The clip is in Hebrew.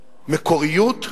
מקוריות,